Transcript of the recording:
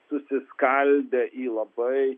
susiskaldę į labai